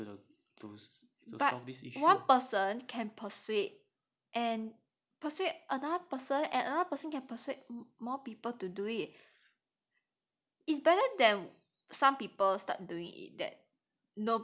but one person can persuade and persuade another person and another person can persuade more people to do it it's better than some people start doing it than no people doing it